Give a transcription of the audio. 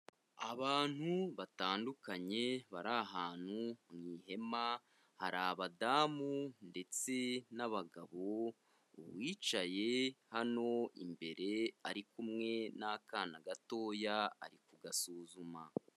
Abantu batandukanye bari ahantu mu ihema hari abadamu ndetse n'abagabo wicaye hano imbere ari kumwe n'akana gatoya ari ku gasuzuma.